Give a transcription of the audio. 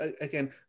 again